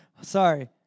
Sorry